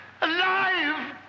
Alive